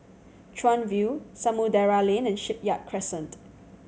Chuan View Samudera Lane and Shipyard Crescent